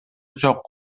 жок